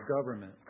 government